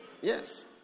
Yes